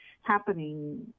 happening